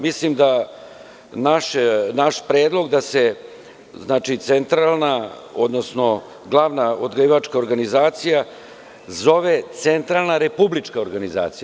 Mislim da naš predlog da se centralna, odnosno glavna odgajivačka organizacija zove centralna republička organizacija.